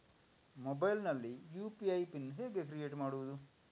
Mobile ನಲ್ಲಿ UPI pin ಹೇಗೆ create ಮಾಡುವುದು?